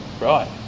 Right